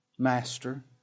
Master